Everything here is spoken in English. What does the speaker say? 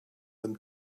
them